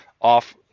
off